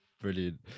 Brilliant